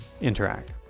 Interact